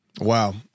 wow